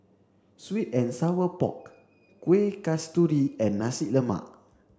sweet and sour pork Kueh Kasturi and Nasi Lemak